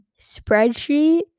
spreadsheet